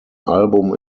album